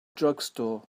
drugstore